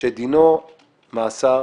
שדינו מאסר